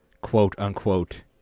quote-unquote